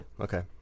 Okay